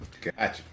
Gotcha